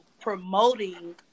promoting